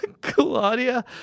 Claudia